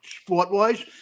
sport-wise